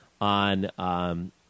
on